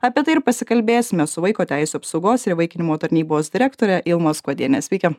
apie tai ir pasikalbėsime su vaiko teisių apsaugos ir įvaikinimo tarnybos direktore ilma skuodiene sveiki